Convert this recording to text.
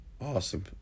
Awesome